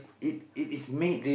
it it is made